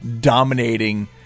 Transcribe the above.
dominating